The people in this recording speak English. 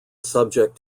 subject